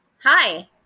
Hi